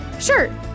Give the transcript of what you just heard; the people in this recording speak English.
Sure